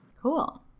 Cool